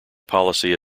policy